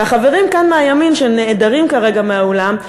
והחברים כאן מהימין שנעדרים כרגע מהאולם,